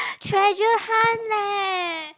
treasure hunt leh